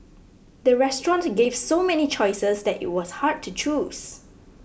the restaurant gave so many choices that it was hard to choose